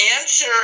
answer